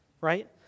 right